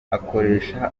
akoresha